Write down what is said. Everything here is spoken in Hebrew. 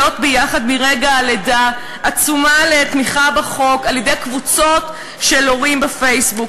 ביחד מרגע הלידה" עצומה לתמיכה בחוק של קבוצות של הורים בפייסבוק.